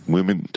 Women